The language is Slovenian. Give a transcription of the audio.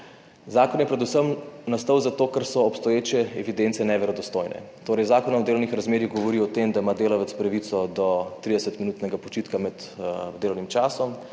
Zakon je predvsem nastal zato, ker so obstoječe evidence neverodostojne. Torej, Zakon o delovnih razmerjih govori o tem, da ima delavec pravico do 30 minutnega počitka med delovnim časom.